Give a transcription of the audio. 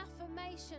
affirmation